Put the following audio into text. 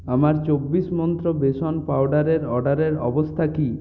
আমার চব্বিশ মন্ত্র বেসন পাউডারের অর্ডারের অবস্থা কি